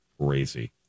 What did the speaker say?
crazy